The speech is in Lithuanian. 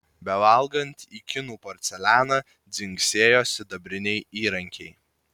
bevalgant į kinų porcelianą dzingsėjo sidabriniai įrankiai